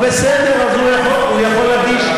התכנון אותו דבר, זה מגיש, בסדר, הוא יכול להגיש.